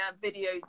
video